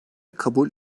kabul